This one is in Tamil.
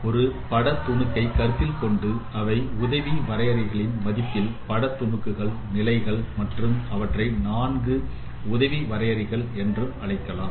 ஒரு பட துணுக்கை கருத்தில் கொண்டு அவை உதவி வரையறைகளின் மதிப்பில் பட துணுக்குகள் நிலைகள் மற்றும் அவற்றை 4 உதவி வரையறைகள் என்றும் அழைக்கலாம்